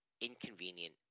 inconvenient